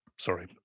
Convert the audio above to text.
Sorry